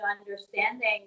understanding